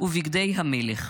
ובגדי המלך.